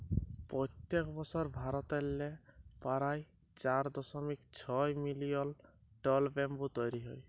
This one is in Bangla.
পইত্তেক বসর ভারতেল্লে পারায় চার দশমিক ছয় মিলিয়ল টল ব্যাম্বু তৈরি হ্যয়